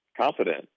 confident